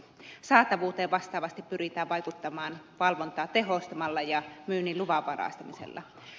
saatavuuteen vastaavasti pyritään vaikuttamaan valvontaa tehostamalla ja myynnin luvanvaraistamisella